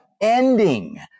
ending